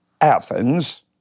Athens